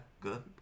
good